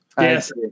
yes